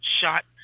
shot